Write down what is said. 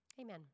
Amen